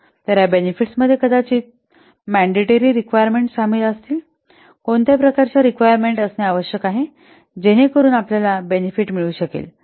तर या बेनिफिट्समध्ये कदाचित मॅनडिटरी रिक्वायरमेंट सामील आहेत कोणत्या प्रकारच्या रिक्वायरमेंट असणे आवश्यक आहे जेणेकरून आपल्याला बेनेफिट मिळू शकेल